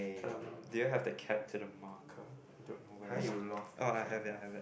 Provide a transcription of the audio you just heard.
um do you have the cap to the marker I don't know where is mine oh I have it I have it